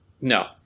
No